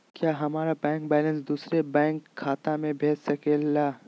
क्या हमारा bank balance दूसरे बैंक खाता में भेज सके ला?